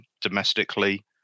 domestically